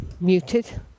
muted